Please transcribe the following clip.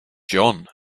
john